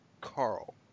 Carl